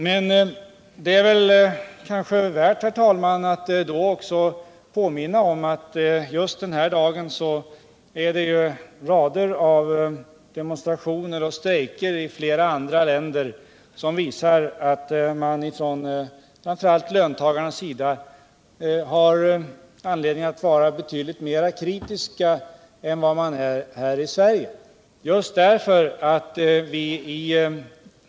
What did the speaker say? Men det är kanske värt, herr talman, att då också påminna om att just den här dagen är det rader av demonstrationer och strejker i flera andra länder som visar att man från framför allt löntagarnas sida har anledning att vara betydligt mer kritisk än man är här i Sverige.